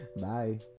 bye